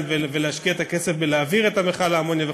ולהשקיע את הכסף בלהעביר את מכל האמוניה וכו',